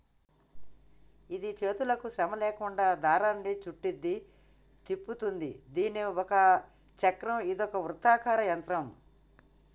గిది చేతులకు శ్రమ లేకుండా దారాన్ని సుట్టుద్ది, తిప్పుతుంది దీని ఒక చక్రం ఇదొక వృత్తాకార యంత్రం